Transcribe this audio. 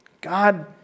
God